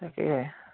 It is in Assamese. তাকেহে